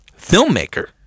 Filmmaker